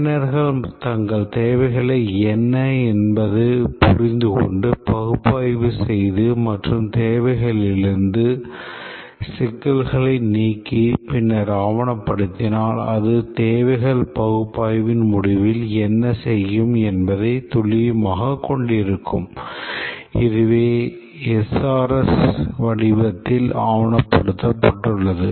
பயனர்கள் தங்கள் தேவைகளை என்ன என்று புரிந்துகொண்டு பகுப்பாய்வு செய்து மற்றும் தேவையிலிருந்து சிக்கல்களை நீக்கி பின்னர் ஆவணப்படுத்தினால் அது தேவைகள் பகுப்பாய்வின் முடிவில் என்ன செய்யும் என்பதை துல்லியமான கொண்டிருக்கும் இதுவே SRS வடிவத்தில் ஆவணப்படுத்தப்பட்டுள்ளது